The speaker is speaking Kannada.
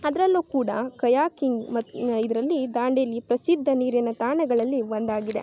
ಅದರಲ್ಲೂ ಕೂಡ ಕಯಾಕಿಂಗ್ ಮತ್ತು ಇದರಲ್ಲಿ ದಾಂಡೇಲಿ ಪ್ರಸಿದ್ಧ ನೀರಿನ ತಾಣಗಳಲ್ಲಿ ಒಂದಾಗಿದೆ